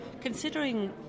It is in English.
considering